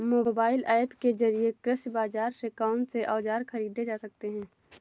Mobile app के जरिए कृषि बाजार से कौन से औजार ख़रीदे जा सकते हैं?